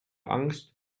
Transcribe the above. angst